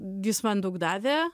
jis man daug davė